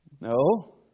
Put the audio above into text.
No